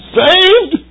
saved